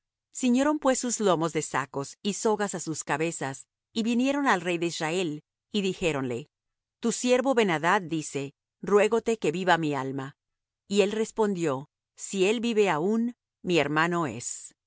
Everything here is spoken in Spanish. ciñeron pues sus lomos de sacos y sogas á sus cabezas y vinieron al rey de israel y dijéronle tu siervo ben adad dice ruégote que viva mi alma y él respondió si él vive aún mi hermano es